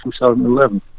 2011